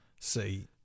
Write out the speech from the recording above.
See